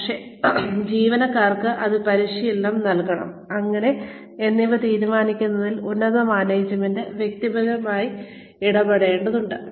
പക്ഷേ ജീവനക്കാർക്ക് എന്ത് പരിശീലനം നൽകണം എങ്ങനെ എന്നിവ തീരുമാനിക്കുന്നതിൽ ഉന്നത മാനേജ്മെന്റ് വ്യക്തിപരമായി ഇടപെടേണ്ടതുണ്ട്